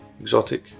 Exotic